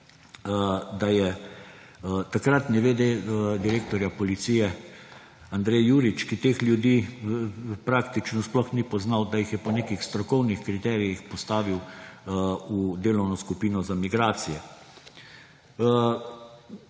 da je takratni vede direktorja policije Andrej Jurič, ki teh ljudi praktično sploh ni poznal, da jih je po nekih strokovnih kriterijih postavil v delovno skupino za migracije.